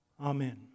Amen